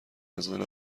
نزدن